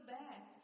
back